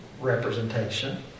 representation